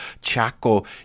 Chaco